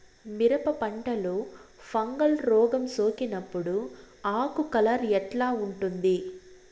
మిరప పంటలో ఫంగల్ రోగం సోకినప్పుడు ఆకు కలర్ ఎట్లా ఉంటుంది?